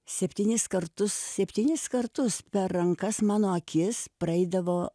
septynis kartus septynis kartus per rankas mano akis praeidavo